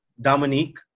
Dominique